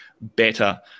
better